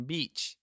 Beach